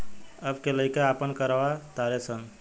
अब के लइका आपन करवा तारे सन